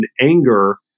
anger